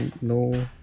no